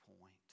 point